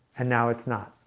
and now it's not